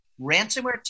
Ransomware